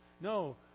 No